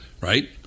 right